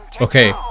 Okay